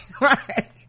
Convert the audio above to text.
right